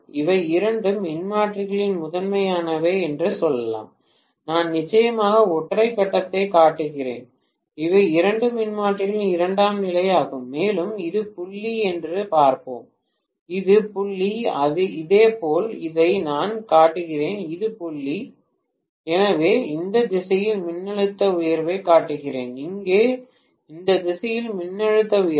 இவை இரண்டு மின்மாற்றிகளின் முதன்மையானவை என்று சொல்லலாம் நான் நிச்சயமாக ஒற்றை கட்டத்தைக் காட்டுகிறேன் இவை இரண்டு மின்மாற்றிகளின் இரண்டாம் நிலை ஆகும் மேலும் இது புள்ளி என்று பார்ப்போம் இது புள்ளி இதேபோல் இதை நான் காட்டுகிறேன் இது புள்ளி இது புள்ளி எனவே இந்த திசையில் மின்னழுத்த உயர்வைக் காட்டுகிறேன் இங்கே இந்த திசையில் மின்னழுத்த உயர்வு